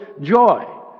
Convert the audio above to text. joy